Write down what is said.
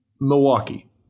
Milwaukee